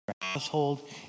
household